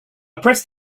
pressed